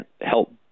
help